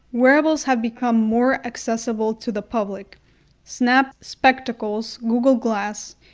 wearables have become more accessible to the public snap spectacles, google glass,